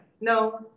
No